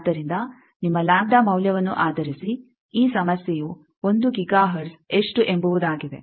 ಆದ್ದರಿಂದ ನಿಮ್ಮ ಲಾಂಬ್ಡಾ ಮೌಲ್ಯವನ್ನು ಆಧರಿಸಿ ಈ ಸಮಸ್ಯೆಯು 1 ಗಿಗಾ ಹರ್ಟ್ಜ್ ಎಷ್ಟು ಎಂಬುವುದಾಗಿದೆ